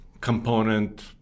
component